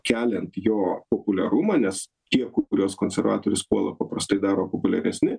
keliant jo populiarumą nes tie kuriuos konservatorius puola paprastai daro populiaresni